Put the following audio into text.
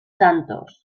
santos